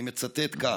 ואני מצטט כך: